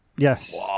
Yes